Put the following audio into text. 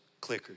clickers